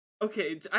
Okay